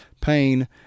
pain